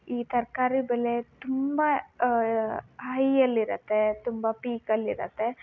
ಈ ತರಕಾರಿ ಬೆಲೆ ತುಂಬ ಹೈಯಲ್ಲಿರುತ್ತೆ ತುಂಬ ಪೀಕಲ್ಲಿ ಇರುತ್ತೆ